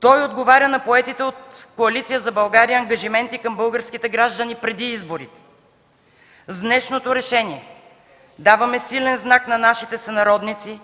Той отговаря на поетите от Коалиция за България ангажименти към българските граждани преди изборите. С днешното решение даваме силен знак на нашите сънародници,